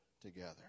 together